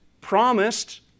promised